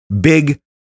big